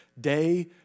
day